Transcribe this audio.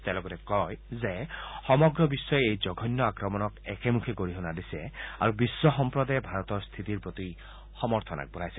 তেওঁ লগতে কয় যে সমগ্ৰ বিশ্বই এই জঘণ্য আক্ৰমণক একেমুখে গৰিহণা দিছে আৰু বিশ্ব সম্প্ৰদায়ে ভাৰতৰ স্থিতিৰ প্ৰতি সমৰ্থন আগবঢ়াইছে